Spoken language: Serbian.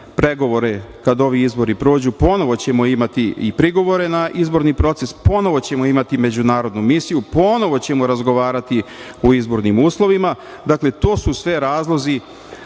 pregovore kada ovi izbori prođu. Ponovo ćemo imati i prigovore na izborni proces, ponovo ćemo imati međunarodnu misiju, ponovo ćemo razgovarati o izbornim uslovima. Dakle, to su sve razlozi